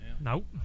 nope